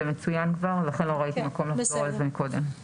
זה מצוין כבר ולכן לא ראיתי מקום לחזור על זה מקודם.